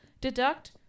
deduct